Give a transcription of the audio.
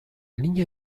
niña